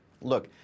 look